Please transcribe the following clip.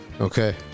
Okay